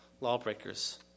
lawbreakers